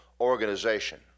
organization